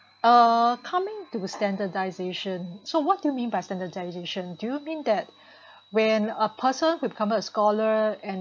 uh coming to standardization so what do you mean by standardization do mean that when a person who become a scholar and